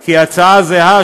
כי הצעה זהה,